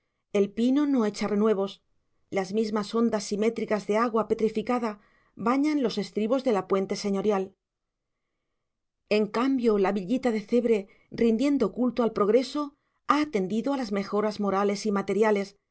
el pino no echa renuevos las mismas ondas simétricas de agua petrificada bañan los estribos de la puente señorial en cambio la villita de cebre rindiendo culto al progreso ha atendido a las mejoras morales y materiales